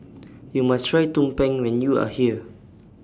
YOU must Try Tumpeng when YOU Are here